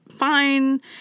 fine